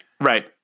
Right